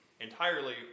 entirely